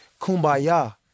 kumbaya